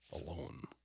alone